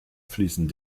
fließen